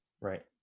Right